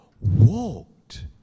walked